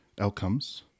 outcomes